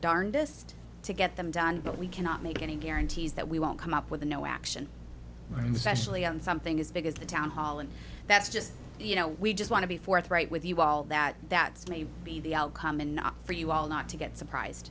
darndest to get them done but we cannot make any guarantees that we won't come up with a new action and especially on something as big as the town hall and that's just you know we just want to be forthright with you all that that may be the outcome and not for you all not to get